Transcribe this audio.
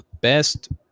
best